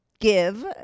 Give